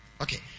Okay